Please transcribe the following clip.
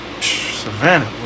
savannah